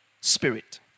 Spirit